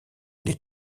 les